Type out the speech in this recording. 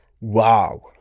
Wow